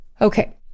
Okay